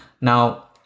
now